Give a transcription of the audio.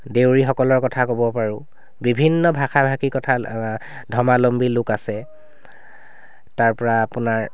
দেউৰীসকলৰ কথা ক'ব পাৰোঁ বিভিন্ন ভাষা ভাষী কথা ধৰ্মাৱলম্বী লোক আছে তাৰপৰা আপোনাৰ